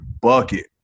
bucket